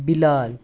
Bilal